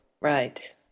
Right